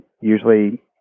usually